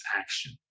action